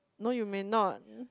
no you may not